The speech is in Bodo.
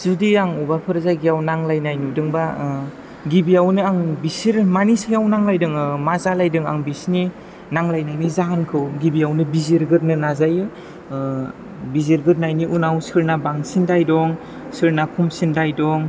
जुदि आं बबेबाफोर जायगायाव नांलायनाय नुदोंबा आं गिबियावनो आं बिसोरो मानि सायाव नांलायदों मा जालायदों आं बिसोरनि नांलायनायनि जाहोनखौ गिबियावनो बिजिरग्रोनो नाजायो बिजिरग्रोनायनि उनाव सोरना बांसिन दाय दं सोरना खमसिन दाय दं